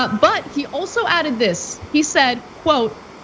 but but, he also added this, he said, quote,